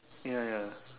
ya ya